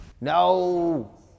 No